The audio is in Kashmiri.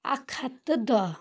اکھ ہَتھ تہٕ دہ